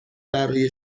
برای